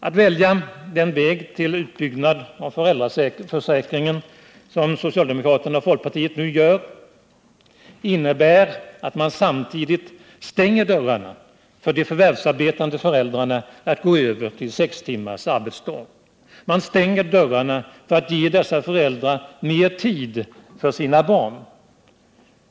Att välja den väg till utbyggnad av föräldraförsäkringen som socialdemokraterna och folkpartisterna nu gör innebär att stänga dörrarna för de förvärvsarbetande föräldrarna att gå över till sex timmars arbetsdag. Man stänger dörrarna för möjligheterna att ge dessa föräldrar mer tid för sina barn.